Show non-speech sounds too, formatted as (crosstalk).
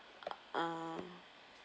(noise) um